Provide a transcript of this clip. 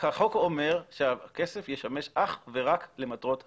החוק אומר שהכסף ישמש אך ורק למטרות הקרן.